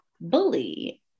bully